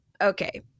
okay